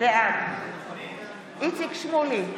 בעד איציק שמולי,